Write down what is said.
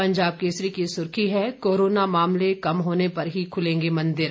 पंजाब केसरी की सुर्खी है कोरोना मामले कम होने पर ही खुलेंगे मंदिर